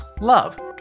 love